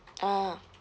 ah